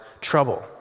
trouble